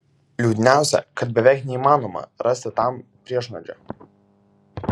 liūdniausia kad beveik neįmanoma rasti tam priešnuodžio